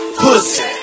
pussy